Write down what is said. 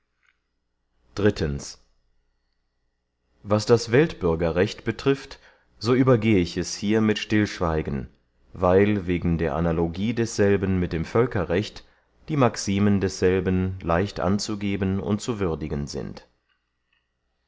was das weltbürgerrecht betrifft so übergehe ich es hier mit stillschweigen weil wegen der analogie desselben mit dem völkerrecht die maximen desselben leicht anzugeben und zu würdigen sind